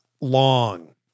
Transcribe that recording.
long